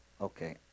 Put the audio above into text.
Okay